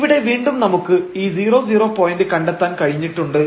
ഇവിടെ വീണ്ടും നമുക്ക് ഈ 00 പോയന്റ് കണ്ടെത്താൻ കഴിഞ്ഞിട്ടുണ്ട്